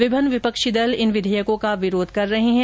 विभिन्न विपक्षी दल इन विधेयकों का विरोध कर रहे हैं